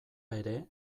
ere